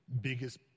biggest